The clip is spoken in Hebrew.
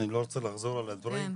אני לא רוצה לחזור על הדברים.